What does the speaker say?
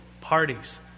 parties